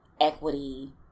equity